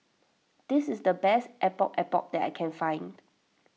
this is the best Epok Epok that I can find